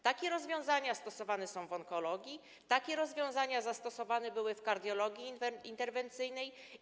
Takie rozwiązania stosowane są w onkologii, takie rozwiązania zastosowane były w kardiologii interwencyjnej.